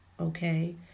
Okay